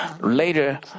later